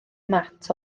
mat